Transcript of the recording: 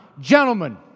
Gentlemen